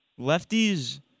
lefties